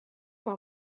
van